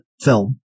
film